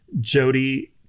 Jody